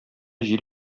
җил